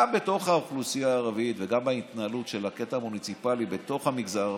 גם בתוך האוכלוסייה הערבית וגם בהתנהלות של הקטע המוניציפלי בתוך המגזר,